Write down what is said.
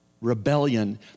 rebellion